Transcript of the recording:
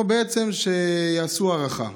או שבעצם יעשו הערכה.